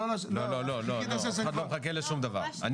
לא, אף אחד לא מחכה לשום דבר.